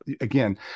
again